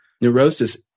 neurosis